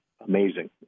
amazing